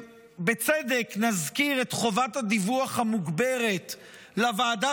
בצדק נזכיר את חובת הדיווח המוגברת לוועדה